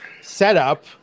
setup